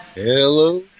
Hello